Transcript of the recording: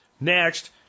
Next